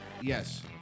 Yes